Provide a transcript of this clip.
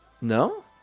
No